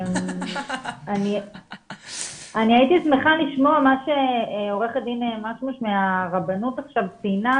אני הייתי שמחה לשמוע את מה שעורכת הדין משמוש מהרבנות עכשיו ציינה,